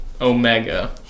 Omega